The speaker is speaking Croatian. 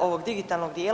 ovog digitalnog dijela.